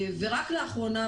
רק לאחרונה,